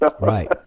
Right